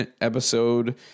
episode